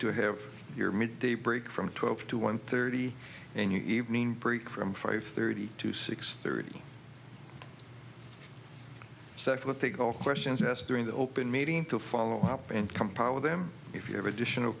to have your midday break from twelve to one thirty in your evening break from five thirty to six thirty secs what they call questions yes during the open meeting to follow up and compile them if you have additional